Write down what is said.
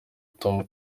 ufite